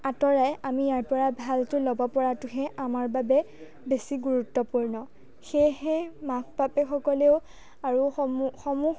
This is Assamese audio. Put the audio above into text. আঁতৰাই আমি ইয়াৰ পৰা ভালটো ল'ব পৰাটোহে আমাৰ বাবে বেছি গুৰুত্বপূৰ্ণ সেয়েহে মাক বাপেকসকলেও আৰু সমূ সমূহ